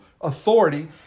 Authority